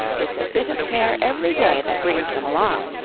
it's a bit of care every day that brings them along,